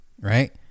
Right